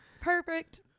perfect